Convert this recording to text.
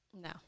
No